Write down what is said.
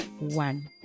one